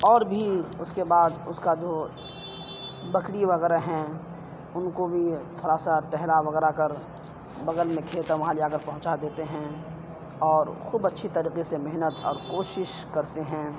اور بھی اس کے بعد اس کا جو بکری وغیرہ ہیں ان کو بھی تھوڑا سا ٹہلا وغیرہ کر بغل میں کھیت ہے وہاں جا کر پہنچا دیتے ہیں اور خوب اچھی طریقے سے محنت اور کوشش کرتے ہیں